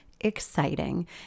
exciting